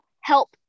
help